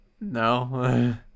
no